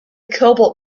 cobalt